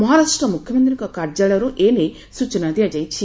ମହାରାଷ୍ଟ୍ର ମୁଖ୍ୟମନ୍ତ୍ରୀଙ୍କ କାର୍ଯ୍ୟାଳୟରୁ ଏନେଇ ସୂଚନା ଦିଆଯାଇଛି